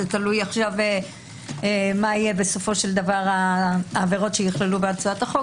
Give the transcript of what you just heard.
תלוי עכשיו מה יהיה העבירות שייכללו בהצעת החוק.